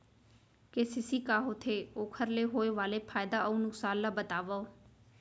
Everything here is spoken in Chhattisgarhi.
के.सी.सी का होथे, ओखर ले होय वाले फायदा अऊ नुकसान ला बतावव?